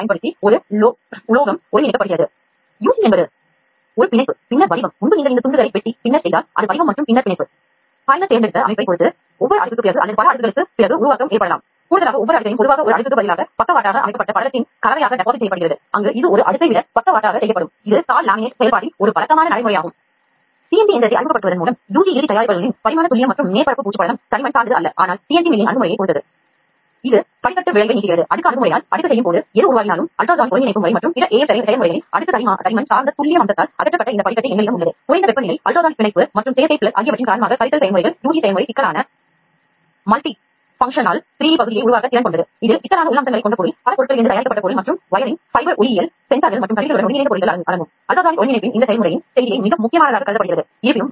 bio பிதிர்வு என்பது உயிரியக்க இணக்கமான அல்லது மக்கும் கூறுகளை உருவாக்கும் செயல்முறையாகும்